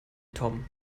tom